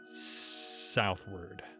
southward